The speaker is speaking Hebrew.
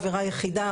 עבירה יחידה,